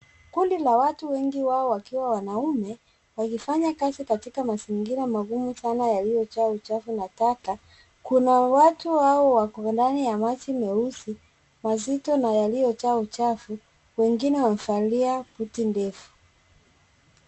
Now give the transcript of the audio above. Kundi la watu wengi wao wakiwa wanaume wakifanya kazi katika mazingira magumu sana yaliyojaa uchafu na taka ,kuna watu hao wako ndani ya maji meusi mazito na yaliyojaa uchafu wengine wamevalia buti ndefu.